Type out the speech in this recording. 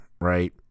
right